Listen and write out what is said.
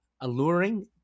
alluring